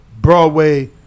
Broadway